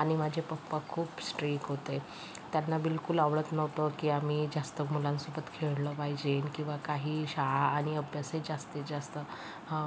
आणि माझे पप्पा खूप स्ट्रीक होते त्यांना बिलकूल आवडत नव्हतं की आम्ही जास्त मुलांसोबत खेळलं पाहिजे किंवा काही शाळा आणि अभ्यासही जास्तीत जास्त ह